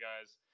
guys